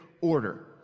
order